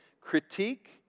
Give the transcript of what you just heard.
critique